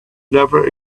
never